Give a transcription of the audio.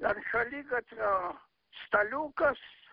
ant šaligatvio staliukas